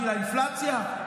בשביל האינפלציה,